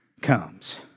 comes